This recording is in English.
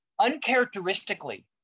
uncharacteristically